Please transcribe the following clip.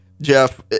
Jeff